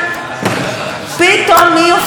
אצה רצה השרה מירי רגב.